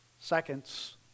seconds